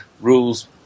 rules